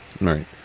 right